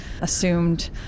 assumed